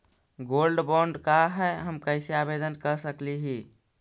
Gold bond का है, हम कैसे आवेदन कर सकली ही?